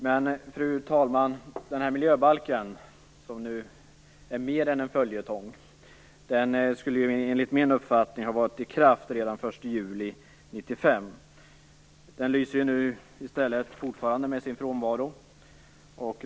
Men, fru talman, miljöbalken, som ju är mer än en följetong, skulle enligt min uppfattning ha varit i kraft redan den 1 juli 1995. Den lyser nu i stället fortfarande med sin frånvaro.